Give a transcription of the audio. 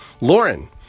Lauren